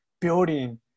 building